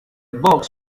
box